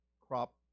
crop